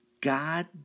God